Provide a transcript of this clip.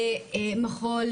למחול,